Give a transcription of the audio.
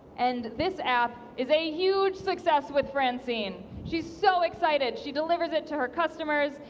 and this app is a huge success with francine! she's so excited. she delivers it to her customers,